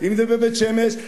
אם בבית-שמש,